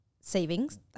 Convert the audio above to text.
savings